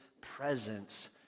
presence